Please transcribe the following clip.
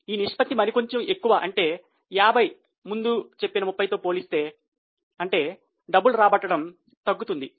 ఈ నిష్పత్తి మరి కొంచెము ఎక్కువ అంటే 50 ముందు చెప్పిన 30తో పోలిస్తే అంటే డబ్బులు రాబట్టడం తగ్గుతుంది